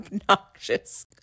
obnoxious